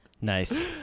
nice